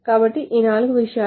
కాబట్టి ఈ నాలుగు విషయాలు